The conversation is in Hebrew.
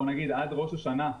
עד ראש השנה,